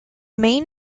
main